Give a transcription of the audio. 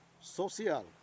social